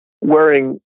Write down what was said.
wearing